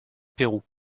pérou